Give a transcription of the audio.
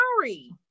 sorry